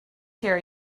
here